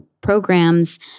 programs